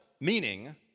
meaning